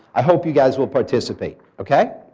i hope you guys will participate. okay.